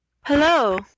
Hello